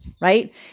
right